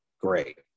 Great